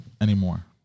anymore